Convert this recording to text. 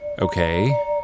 Okay